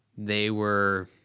they were.